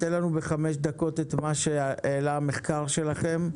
תציג לנו בבקשה בחמש דקות את מה שהעלה המחקר שלכם,